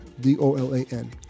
d-o-l-a-n